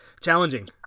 challenging